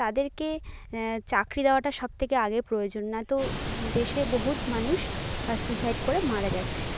তাদেরকে চাকরি দেওয়াটা আগে সব থেকে প্রয়োজন না তো দেশে বহুত মানুষ সুইসাইড করে মারা যাচ্ছে